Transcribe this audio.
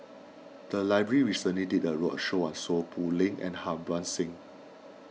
the library recently did a roadshow on Seow Poh Leng and Harbans Singh